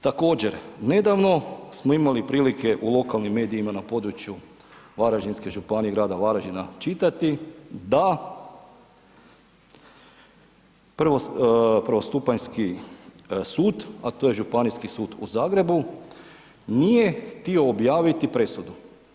Također, nedavno smo imali prilike u lokalnim medijima na području Varaždinske županije i grada Varaždina čitati da prvostupanjski a to je Županijski sud u Zagrebu, nije htio objaviti presudu.